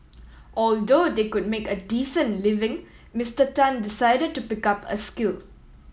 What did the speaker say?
although they could make a decent living Mister Tan decided to pick up a skill